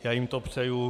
Já jim to přeju.